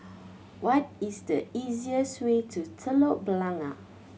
what is the easiest way to Telok Blangah